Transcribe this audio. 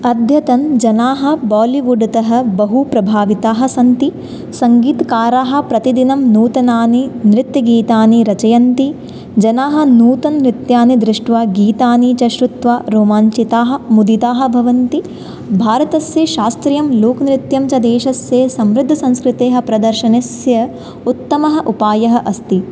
अद्यतनजनाः बोलिवुड्तः बहुप्रभाविताः सन्ति सङ्गीतकाराः प्रतिदिनं नूतनानि नृत्यगीतानि रचयन्ति जनाः नूतननृत्यानि दृष्ट्वा गीतानि च श्रुत्वा रोमाञ्चिताः मुदिताः भवन्ति भारतस्य शास्त्रीयं लोकनृत्यं च देशस्य समृद्धसंस्कृतेः प्रदर्शनस्य उत्तमः उपायः अस्ति